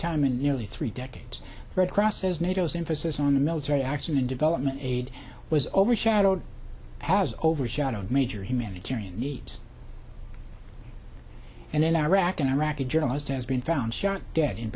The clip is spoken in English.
time in nearly three decades red cross says nato is infosys on the military action and development aid was overshadowed has overshadowed major humanitarian needs and in iraq an iraqi journalist has been found shot dead in